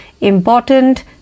important